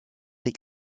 des